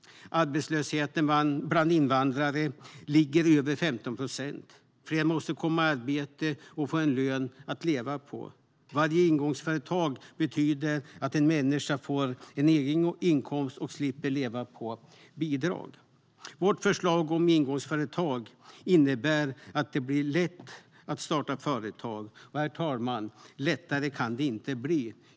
Arbetslösheten bland invandrare ligger på över 15 procent. Fler måste komma i arbete och få en lön att leva på. Varje ingångsföretag betyder att en människa får en egen inkomst och slipper leva på bidrag. Vårt förslag om ingångsföretag innebär att det blir lätt att starta företag. Och, herr talman, lättare kan det inte bli.